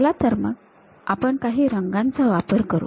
चला तर मग आपण काही रंगांचा वापर करू